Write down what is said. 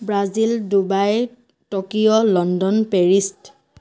Brazil Dubai Tokyo London Paris